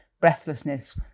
breathlessness